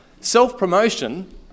Self-promotion